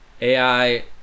AI